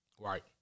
Right